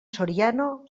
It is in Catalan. soriano